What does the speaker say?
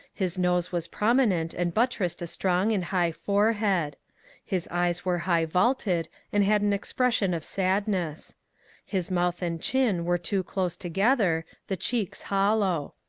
his nose was prominent and buttressed a strong and high forehead his eyes were high vaulted and had an expression of sadness his mouth and chin were too close together, the cheeks hollow.